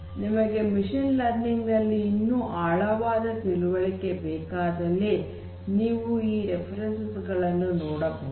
ನಿಮಗೆ machine learning ಬಗ್ಗೆ ಇನ್ನು ಆಳವಾದ ತಿಳುವಳಿಕೆ ಬೇಕಾದಲ್ಲಿ ನೀವು ಈ ರೆಫೆರೆನ್ಸಸ್ ಗಳನ್ನು ನೋಡಬಹುದು